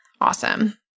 Awesome